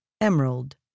emerald